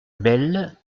belle